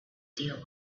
deal